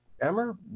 Emmer